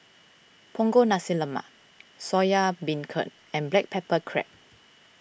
Punggol Nasi Lemak Soya Beancurd and Black Pepper Crab